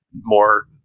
more